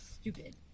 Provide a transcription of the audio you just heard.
stupid